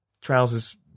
trousers